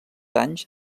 anys